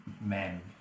men